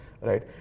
right